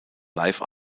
live